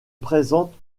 présente